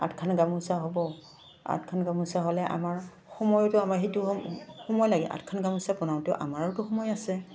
আঠখন গামোচা হ'ব আঠখন গামোচা হ'লে আমাৰ সময়তো আমাৰ সেইটো সম সময় লাগে আঠখন গামোচা বনাওঁতে আমাৰোতো সময় আছে